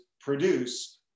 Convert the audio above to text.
produce